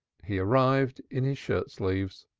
he arrived in his shirt-sleeves.